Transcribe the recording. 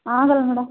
ಆಗೋಲ್ಲ ಮೇಡಮ್